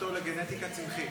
דוקטור לגנטיקה צמחית.